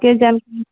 के जानऽ